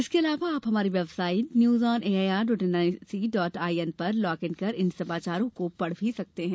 इसके अलावा आप हमारी website news on A I R dot N I C dot I N पर लॉग इन कर इन समाचारों को पढ़ भी सकते हैं